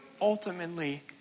ultimately